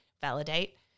validate